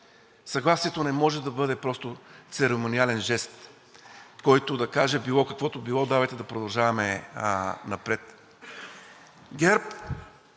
Съгласието не може да бъде просто церемониален жест, който да каже – било каквото било, давайте да продължаваме напред. ГЕРБ